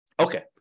Okay